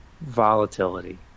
Volatility